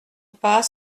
pas